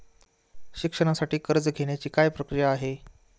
शिक्षणासाठी कर्ज घेण्याची काय प्रक्रिया आहे?